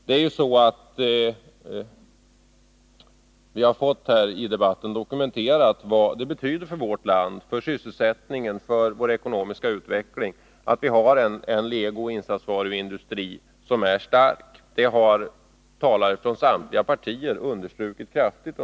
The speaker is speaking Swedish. I debatten har dokumenterats vad det betyder för vårt land, för sysselsättningen och för vår ekonomiska utveckling att vi har en stark legoindustri och insatsvaruindustri. Det har understrukits kraftigt från samtliga partier under dagens debatt.